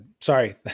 Sorry